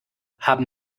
haben